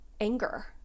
anger